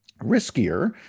riskier